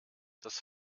das